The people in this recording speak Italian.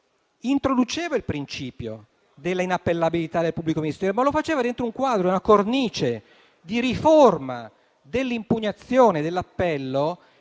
introduceva il principio dell'inappellabilità del pubblico ministero, ma lo faceva dentro una cornice di riforma dell'impugnazione e dell'appello,